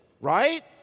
Right